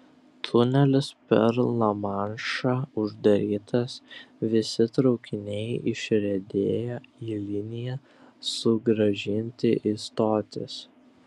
tunelis per lamanšą uždarytas visi traukiniai išriedėję į liniją sugrąžinti į stotis